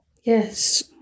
Yes